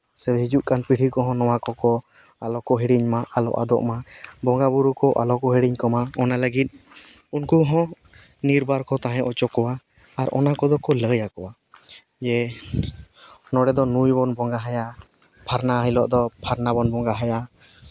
ᱥᱮ ᱦᱤᱡᱩᱜ ᱠᱟᱱ ᱯᱤᱲᱦᱤ ᱠᱚᱦᱚᱸ ᱱᱚᱣᱟ ᱠᱚᱠᱚ ᱟᱞᱚ ᱠᱚ ᱦᱤᱲᱤᱧ ᱢᱟ ᱟᱞᱚ ᱟᱫᱚᱜ ᱢᱟ ᱵᱚᱸᱜᱟᱼᱵᱩᱨᱩ ᱠᱚ ᱟᱞᱚ ᱠᱚ ᱦᱤᱲᱤᱧ ᱠᱚᱢᱟ ᱚᱱᱟ ᱞᱟᱹᱜᱤᱫ ᱩᱱᱠᱩ ᱦᱚᱸ ᱱᱤᱨᱵᱟᱨ ᱠᱚ ᱛᱟᱦᱮᱸ ᱦᱚᱪᱚ ᱠᱚᱣᱟ ᱚᱱᱟ ᱠᱚᱫᱚ ᱠᱚ ᱞᱟᱹᱭᱟ ᱠᱚᱣᱟ ᱡᱮ ᱱᱚᱸᱰᱮ ᱫᱚ ᱱᱩᱭᱵᱚᱱ ᱵᱚᱸᱜᱟ ᱟᱭᱟ ᱯᱷᱟᱨᱱᱟ ᱦᱤᱞᱳᱜ ᱫᱚ ᱯᱷᱟᱨᱱᱟ ᱵᱚᱱ ᱵᱚᱸᱜᱟ ᱟᱭᱟ